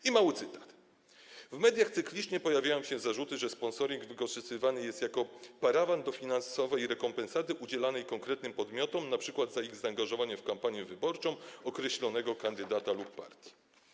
I mały cytat: W mediach cyklicznie pojawiają się zarzuty, że sponsoring wykorzystywany jest jako parawan do finansowej rekompensaty udzielanej konkretnym podmiotom, np. za ich zaangażowanie w kampanię wyborczą określonego kandydata lub partii.